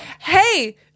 Hey